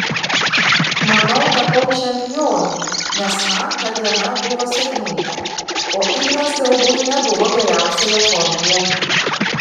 manau tapau čempionu nes man ta diena buvo sėkminga o ignas galbūt nebuvo geriausioje formoje